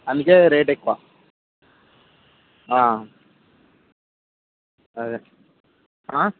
అందుకే రేట్ ఎక్కువ అదే